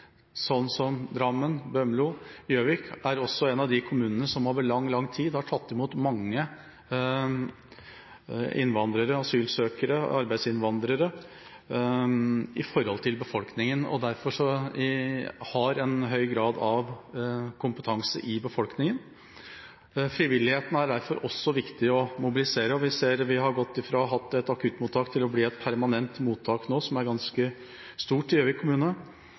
som Drammen og Bømlo. Gjøvik er også en av de kommunene som over lang tid har tatt imot mange innvandrere, asylsøkere og arbeidsinnvandrere i forhold til befolkningen, og derfor har man en høy grad av kompetanse i befolkningen. Frivilligheten er det også viktig å mobilisere, og i Gjøvik kommune har et akuttmottak nå gått over til å bli et permanent mottak som er ganske stort.